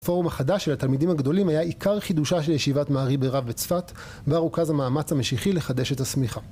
הפורום החדש של התלמידים הגדולים היה עיקר חידושה של ישיבת מערי ברב וצפת בה רוכז המאמץ המשיחי לחדש את הסמיכה.